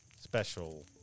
special